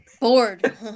Bored